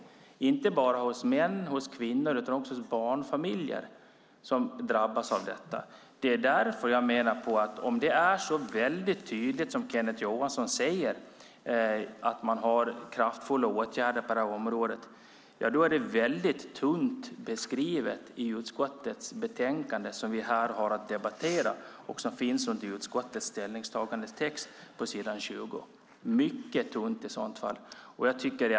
Det är inte bara män och kvinnor utan också barnfamiljer som drabbas av den. Därför menar jag att om det som Kenneth Johansson säger är så tydligt, att man vidtar kraftfulla åtgärder på det här området, då är det väldigt tunt beskrivet i utskottets betänkande som vi här har att debattera. Det finns under utskottets ställningstagandetext på s. 20, och i så fall är det mycket tunt.